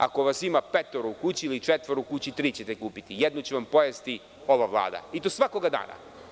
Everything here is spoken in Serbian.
Ako vas ima petoro ili četvoro u kući, vi ćete kupiti, jednu će vam pojesti ova Vlada i to svakog dana.